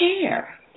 care